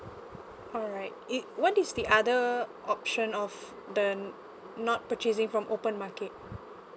alright it what is the other option of the not purchasing from open market